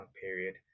period